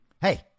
Hey